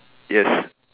yes